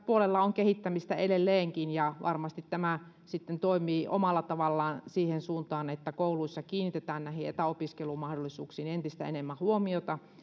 puolella on kehittämistä edelleenkin varmasti tämä sitten toimii omalla tavallaan siihen suuntaan että kouluissa kiinnitetään näihin etäopiskelumahdollisuuksiin entistä enemmän huomiota